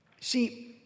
See